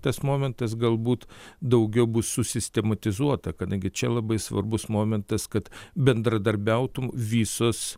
tas momentas galbūt daugiau bus susistematizuota kadangi čia labai svarbus momentas kad bendradarbiautų visos